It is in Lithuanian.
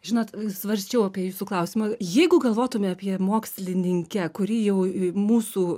žinot svarsčiau apie jūsų klausimą jeigu galvotume apie mokslininkę kuri jau mūsų